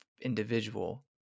individual